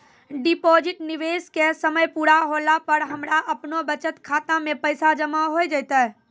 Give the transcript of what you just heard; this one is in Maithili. डिपॉजिट निवेश के समय पूरा होला पर हमरा आपनौ बचत खाता मे पैसा जमा होय जैतै?